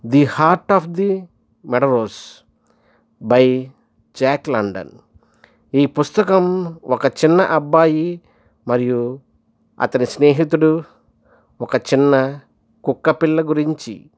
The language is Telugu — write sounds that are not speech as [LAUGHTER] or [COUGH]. the heart of the [UNINTELLIGIBLE] by Jack London ఈ పుస్తకం ఒక చిన్న అబ్బాయి మరియు అతని స్నేహితుడు ఒక చిన్న కుక్క పిల్ల గురించి